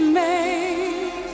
make